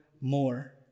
more